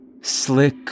Slick